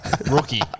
Rookie